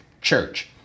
church